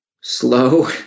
slow